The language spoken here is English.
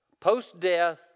post-death